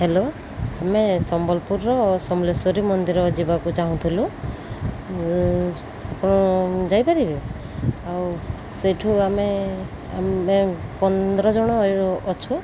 hello ଆମେ ସମ୍ବଲପୁରର ସମଲେଶ୍ୱରୀ ମନ୍ଦିର ଯିବାକୁ ଚାହୁଁଥିଲୁ ଆପଣ ଯାଇପାରିବେ ଆଉ ସେଇଠୁ ଆମେ ପନ୍ଦର ଜଣ ଅଛୁ